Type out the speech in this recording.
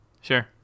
sure